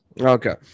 Okay